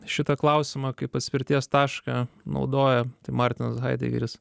šitą klausimą kaip atspirties tašką naudojo martinas haidegeris